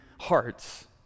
hearts